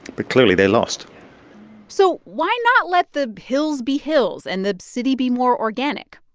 but clearly, they lost so why not let the hills be hills and the city be more organic?